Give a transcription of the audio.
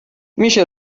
میشه